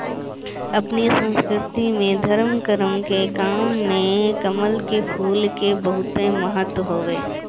अपनी संस्कृति में धरम करम के काम में कमल के फूल के बहुते महत्व हवे